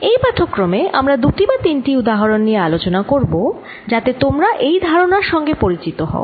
এই পাঠক্রমে আমরা দুটি বা তিনটি উদাহরন নিয়ে আলোচনা করব যাতে তোমরা এই ধারণার সঙ্গে পরিচিত হও